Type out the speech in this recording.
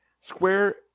Square